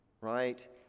Right